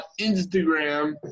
Instagram